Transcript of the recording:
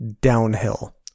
downhill